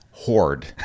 hoard